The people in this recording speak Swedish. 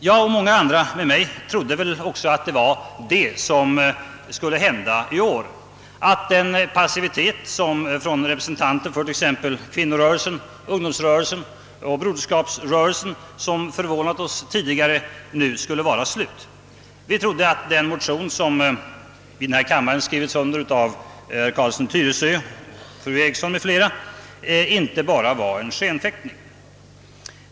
Jag och många med mig trodde också att det var vad som skulle hända i år, att den passivitet hos representanter för t.ex. kvinnorörelsen, ungdomsrörelsen och broderskapsrörelsen som förvånat oss tidigare nu skulle vara slut. Vi trodde att den motion i denna kammare som skrivits under av herr Carlsson i Tyresö, fru Eriksson i Stockholm m.fl., inte bara var en skenfäktning.